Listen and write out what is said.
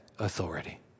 authority